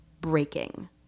breaking